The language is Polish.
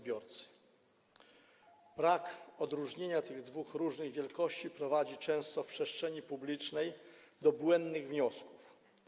Brak odróżnienia tych dwóch różnych wielkości często prowadzi w przestrzeni publicznej do błędnych wniosków.